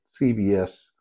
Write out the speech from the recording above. CBS